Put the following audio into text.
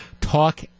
talk